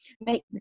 make